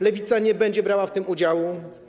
Lewica nie będzie brała w tym udziału.